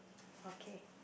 okay